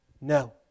No